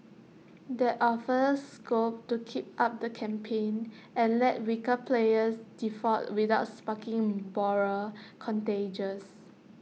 that offers scope to keep up the campaign and let weaker players default without sparking broader contagions